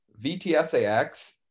VTSAX